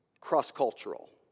cross-cultural